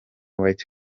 white